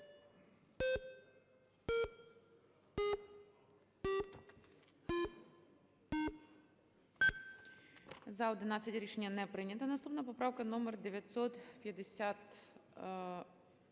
За-11 Рішення не прийнято. Наступна поправка - номер 953.